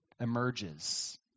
emerges